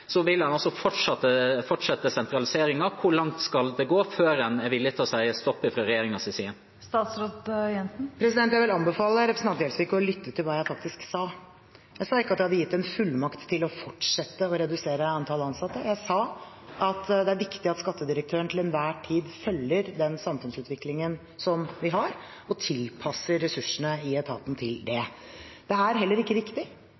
vil en fortsette sentraliseringen. Hvor langt skal det gå før en er villig til å si stopp fra regjeringens side? Jeg vil anbefale representanten Gjelsvik å lytte til hva jeg faktisk sa. Jeg sa ikke at jeg hadde gitt en fullmakt til å fortsette å redusere antall ansatte. Jeg sa at det er viktig at skattedirektøren til enhver tid følger den samfunnsutviklingen som vi har, og tilpasser ressursene i etaten til det. Det er heller ikke riktig,